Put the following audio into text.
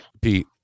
Pete